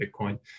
bitcoin